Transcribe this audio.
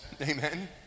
Amen